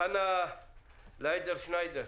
חנה לאידרשניידר.